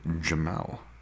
Jamal